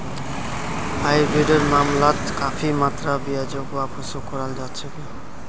हाइब्रिडेर मामलात काफी मात्रात ब्याजक वापसो कराल जा छेक